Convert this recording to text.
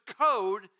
code